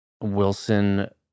Wilson